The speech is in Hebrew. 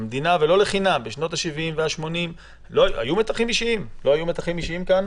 גם בשנות השבעים והשמונים היו מתחים אישיים בכנסת,